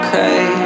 Okay